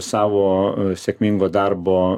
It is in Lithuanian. savo sėkmingo darbo